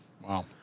Wow